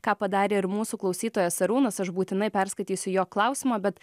ką padarė ir mūsų klausytojas arūnas aš būtinai perskaitysiu jo klausimą bet